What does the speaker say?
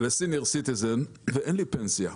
מבוגר ואין לי פנסיה.